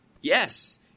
Yes